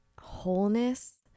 wholeness